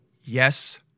yes